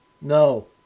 no